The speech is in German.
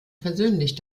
persönlich